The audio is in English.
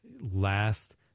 last